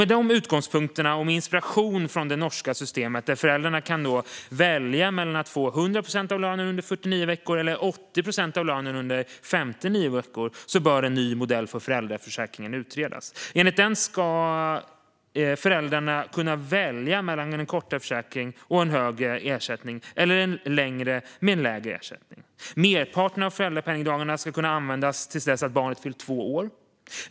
Med de utgångspunkterna och med inspiration från det norska systemet, där föräldrarna alltså kan välja mellan att få 100 procent av lönen under 49 veckor eller 80 procent av lönen under 59 veckor, bör en ny modell för föräldraförsäkringen utvärderas. Enligt den ska föräldrarna kunna välja mellan en kortare försäkring med högre ersättning och en längre försäkring med lägre ersättning. Merparten av föräldrapenningdagarna ska kunna användas fram till dess att barnet fyllt två år.